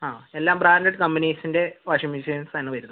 അതെ എല്ലാം ബ്രാൻഡഡ് കമ്പനീസിൻ്റെ വാഷിംഗ് മഷീൻസാണ് വരുന്നത്